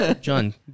John